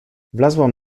wlazłam